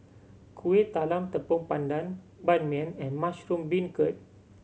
Kuih Talam Tepong Pandan Ban Mian and mushroom beancurd